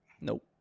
Nope